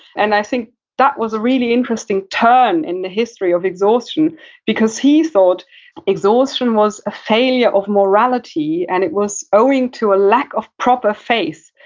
and i think that was a really interesting term in the history of exhaustion because he thought exhaustion was a failure of morality, and it was owing to a lack of proper faith.